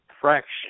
fraction